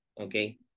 okay